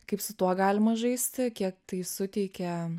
kaip su tuo galima žaisti kiek tai suteikia